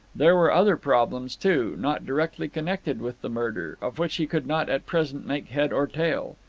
there were other problems, too, not directly connected with the murder, of which he could not at present make head or tail.